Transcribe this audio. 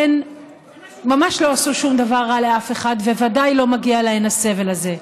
הן ממש לא עשו שום דבר רע לאף אחד וודאי שלא מגיע להן הסבל הזה.